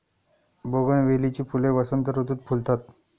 बोगनवेलीची फुले वसंत ऋतुत फुलतात